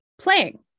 playing